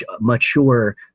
mature